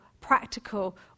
practical